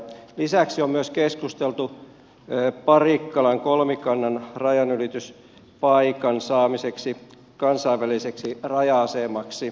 lisäksi on myös keskusteltu parikkalan kolmikannan rajanylityspaikan saamisesta kansainväliseksi raja asemaksi